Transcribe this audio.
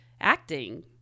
acting